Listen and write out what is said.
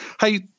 Hey